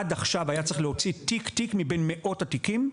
עד עכשיו היה צריך להוציא תיק-תיק מבין מאות התיקים.